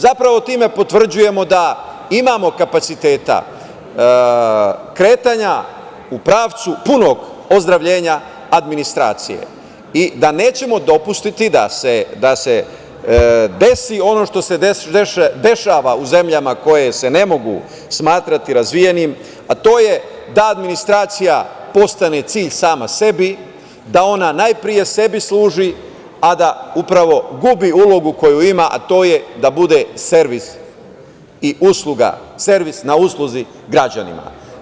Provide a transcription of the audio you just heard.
Zapravo, time potvrđujemo da imamo kapaciteta kretanja u pravcu punog ozdravljenja administracije i da nećemo dopustiti da se desi ono što se dešava u zemljama koje se ne mogu smatrati razvijenim, a to je da administracija postane cilj sama sebi, da ona najpre sebi služi, a da upravo gubi ulogu koju ima, a to je da bude servis na usluzi građanima.